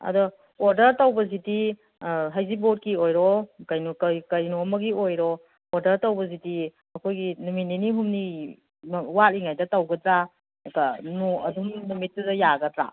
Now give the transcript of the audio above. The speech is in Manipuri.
ꯑꯗꯣ ꯑꯣꯗꯔ ꯇꯧꯕꯁꯤꯗꯤ ꯍꯩꯖꯤꯡꯄꯣꯠꯀꯤ ꯑꯣꯏꯔꯣ ꯑꯣꯗꯔ ꯇꯧꯕꯁꯤꯗꯤ ꯑꯩꯈꯣꯏꯒꯤ ꯅꯨꯃꯤꯠ ꯅꯤꯅꯤ ꯍꯨꯝꯅꯤ ꯋꯥꯠꯂꯤꯉꯩꯗ ꯇꯧꯒꯗ꯭ꯔꯥ ꯑꯗꯨꯝ ꯅꯨꯃꯤꯠꯇꯨꯗ ꯌꯥꯒꯗ꯭ꯔꯥ